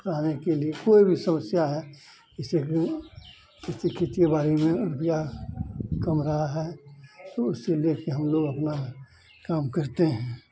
पढ़ाने के लिए कोई भी समस्या है जैसे खेतिए बाड़ी में रुपया कम रहा है तो उससे लेकर हमलोग अपना काम करते हैं